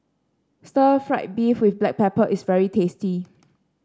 Stir Fried Beef with Black Pepper is very tasty